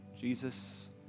Jesus